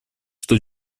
что